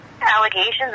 allegations